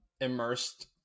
immersed